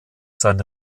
sein